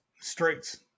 Streets